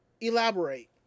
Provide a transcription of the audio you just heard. elaborate